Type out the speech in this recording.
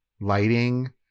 lighting